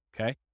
Okay